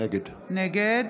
נגד